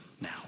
now